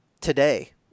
today